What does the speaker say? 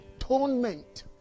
atonement